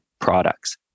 products